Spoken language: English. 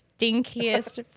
stinkiest